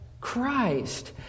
Christ